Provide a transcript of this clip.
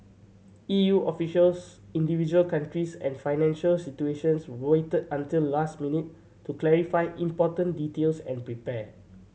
E U officials individual countries and financial institutions waited until the last minute to clarify important details and prepare